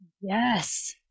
Yes